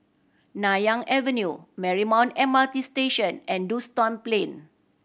Nanyang Avenue Marymount M R T Station and Duxton Plain